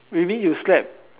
really you slept